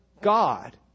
God